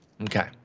Okay